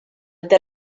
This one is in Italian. del